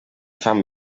fan